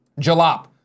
Jalop